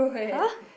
!huh!